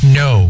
no